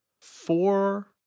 four